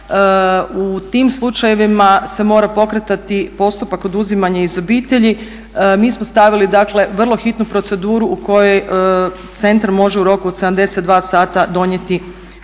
U tim slučajevima se mora pokretati postupak oduzimanja iz obitelji. Mi smo stavili dakle vrlo hitnu proceduru u kojoj centar može u roku od 72 sata donijeti odluku